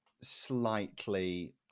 slightly